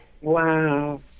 Wow